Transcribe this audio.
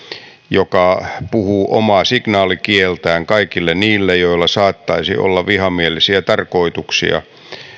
joka puhuu omaa signaalikieltään kaikille niille joilla saattaisi olla vihamielisiä tarkoituksia